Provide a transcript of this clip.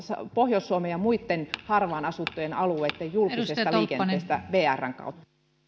pohjois suomen ja muitten harvaan asuttujen alueitten julkisesta liikenteestä vrn kautta